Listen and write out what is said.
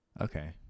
Okay